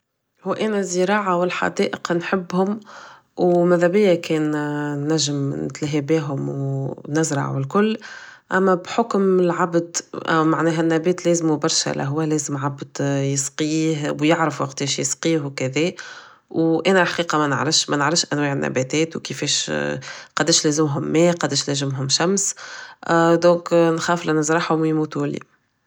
هو انا زراعة و الحدائق نحبهم و مدابيا كان نجم نتلاها بيهم و نزرع و الكل اما بحكم لعبت معناها النبات لازمو برشا هوا لازمو عبد يسقيه و يعرف وقتاش يسقيه و كدا و انا الحقيقة منعرفش منعرفش انواع النباتات و كيفاش قداه لازمهم ماء قداه لازمهم شمس donc نخاف نزرعهم و يموتولي